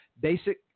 basic